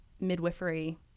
midwifery